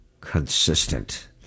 Consistent